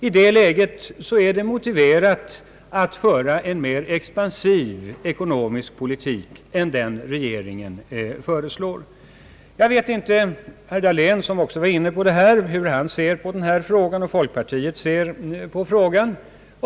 I det läget är det motiverat att föra en mer expansiv ekonomisk politik än regeringen föreslår. Jag vet inte hur herr Dahlén, som också var inne på denna fråga, och folkpartiet ser på frågan.